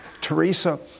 Teresa